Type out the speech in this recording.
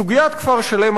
סוגיית כפר-שלם,